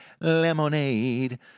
lemonade